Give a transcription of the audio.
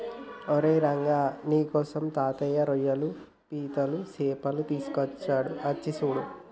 ఓరై రంగ నీకోసం తాతయ్య రోయ్యలు పీతలు సేపలు తీసుకొచ్చాడు అచ్చి సూడు